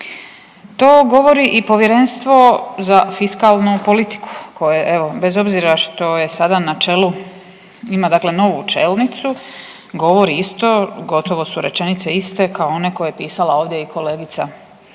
To govori o Povjerenstvo za fiskalnu politiku, koje, evo, bez obzira što je sada na čelu, ima dakle novu čelnicu, govori isto, gotovo su rečenice iste kao one koje je pisala ovdje kolegica